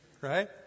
Right